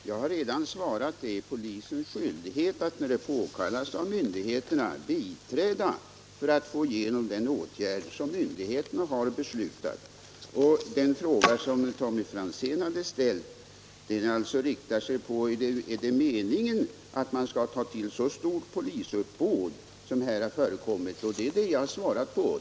Herr talman! Jag har redan svarat att det är polisens skyldighet att, när det påkallas av myndigheterna, biträda för att få igenom den åtgärd som myndigheterna har beslutat. Den fråga som Tommy Franzén hade ställt gällde alltså om det är meningen att man skall ta till så stort polisuppbåd som här har förekommit, och det är den frågan som jag har svarat på.